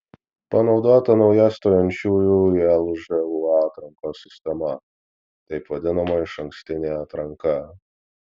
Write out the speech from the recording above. panaudota nauja stojančiųjų į lžūa atrankos sistema taip vadinama išankstinė atranka